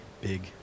big